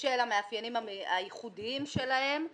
בשל המאפיינים הייחודיים שלהם.